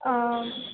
অঁ